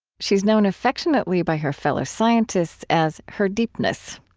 she's known affectionately by her fellow scientists as her deepness.